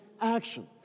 action